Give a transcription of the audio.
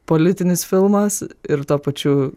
politinis filmas ir tuo pačiu